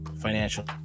financial